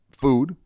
food